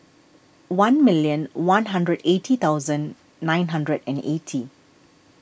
one million one hundred eighty thousand nine hundred and eighty